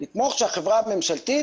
נתמוך שהחברה הממשלתית